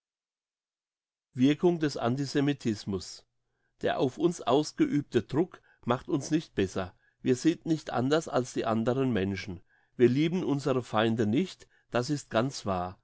wirkung des antisemitismus der auf uns ausgeübte druck macht uns nicht besser wir sind nicht anders als die anderen menschen wir lieben unsere feinde nicht das ist ganz wahr